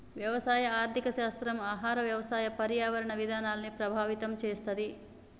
వ్యవసాయ ఆర్థిక శాస్త్రం ఆహార, వ్యవసాయ, పర్యావరణ విధానాల్ని ప్రభావితం చేస్తది